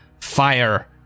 fire